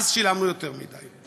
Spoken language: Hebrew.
אז שילמנו יותר מדי.